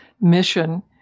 mission